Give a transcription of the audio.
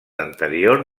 anterior